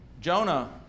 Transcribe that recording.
Jonah